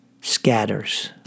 scatters